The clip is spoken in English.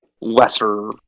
lesser